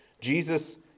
Jesus